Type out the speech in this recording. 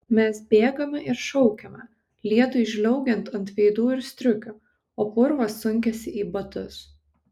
mes bėgame ir šaukiame lietui žliaugiant ant veidų ir striukių o purvas sunkiasi į batus